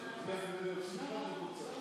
אבל אני מבטל.